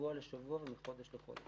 משבוע לשבוע ומחודש לחודש.